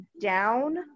down